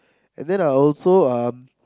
and then I also um